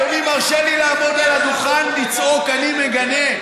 אדוני מרשה לי לעמוד על הדוכן ולצעוק "אני מגנה"?